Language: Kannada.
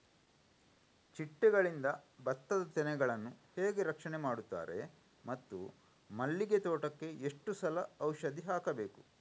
ಚಿಟ್ಟೆಗಳಿಂದ ಭತ್ತದ ತೆನೆಗಳನ್ನು ಹೇಗೆ ರಕ್ಷಣೆ ಮಾಡುತ್ತಾರೆ ಮತ್ತು ಮಲ್ಲಿಗೆ ತೋಟಕ್ಕೆ ಎಷ್ಟು ಸಲ ಔಷಧಿ ಹಾಕಬೇಕು?